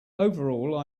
overall